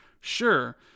sure